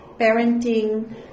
parenting